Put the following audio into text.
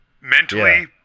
mentally